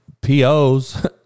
POs